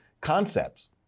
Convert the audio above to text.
concepts